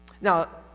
Now